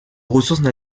ressources